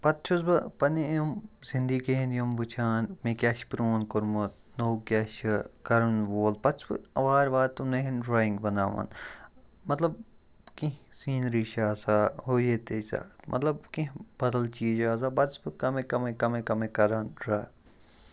پَتہٕ چھُس بہٕ پَنٕنۍ یِم زِندگی ہِنٛدۍ یِم وٕچھان مےٚ کیٛاہ چھِ پرٛون کوٚرمُت نوٚو کیٛاہ چھِ کَرَن وول پَتہٕ چھُس بہٕ وارٕ وارٕ تِمنٕے ہٕنٛدۍ ڈرٛایِنٛگ بَناوان مطلب کیٚنٛہہ سیٖنری چھِ آسان ہُہ یہِ تہِ مطلب کیٚنٛہہ بدل چیٖز چھِ آسان پَتہٕ چھُس بہٕ کَمٕے کَمٕے کَمٕے کَمٕے کَران ڈرٛا